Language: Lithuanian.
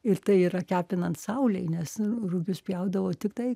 ir tai yra kepinant saulei nes rugius pjaudavo tiktai